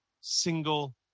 single